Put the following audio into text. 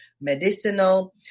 medicinal